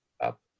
up